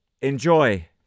enjoy